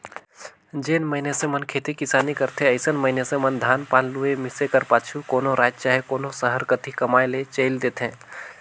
जेन मइनसे मन खेती किसानी करथे अइसन मइनसे मन धान पान लुए, मिसे कर पाछू कोनो राएज चहे कोनो सहर कती कमाए ले चइल देथे